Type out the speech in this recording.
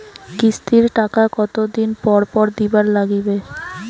কিস্তির টাকা কতোদিন পর পর দিবার নাগিবে?